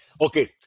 Okay